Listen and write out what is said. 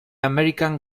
american